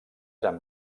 han